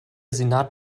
senat